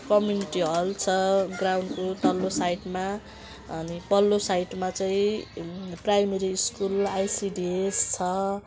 community hall छ ग्राउन्डको तल्लो साइडमा अनि पल्लो साइडमा चाहिँ प्राइमेरी स्कुल आइसिडिएस छ